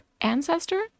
ancestor